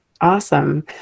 Awesome